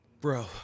bro